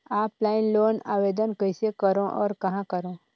Offline loan आवेदन कइसे करो और कहाँ करो?